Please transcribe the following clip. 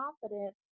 confidence